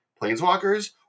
Planeswalkers